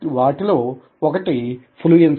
వాటిలో ఒకటి ఫ్లూయెన్సీ